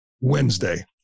Wednesday